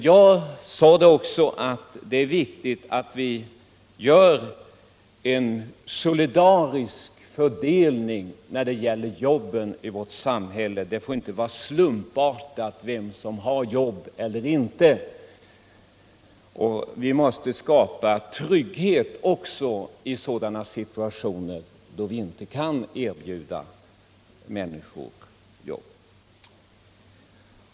Jag sade också att det är viktigt att vi gör en solidarisk fördelning av jobben i vårt samhälle. Det får inte bero på slumpen vem som har jobb och vem som inte har det, och vi måste skapa trygghet också i sådana situationer där vi inte kan erbjuda människor arbete.